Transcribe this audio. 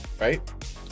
right